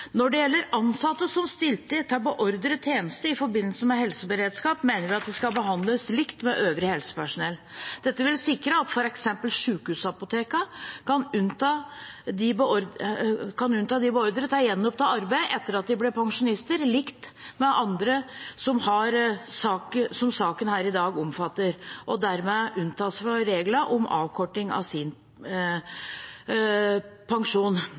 Når det gjelder ansatte som stilte til beordret tjeneste i forbindelse med helseberedskap, mener vi at de skal behandles likt med øvrig helsepersonell. Dette vil sikre at f.eks. sjukehusapotekene kan behandle dem som ble beordret til å gjenoppta arbeidet etter at de ble pensjonister, likt med andre som saken i dag omfatter, slik at de dermed unntas fra reglene om avkorting av sin pensjon.